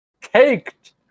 caked